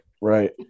Right